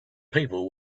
people